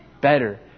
better